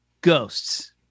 ghosts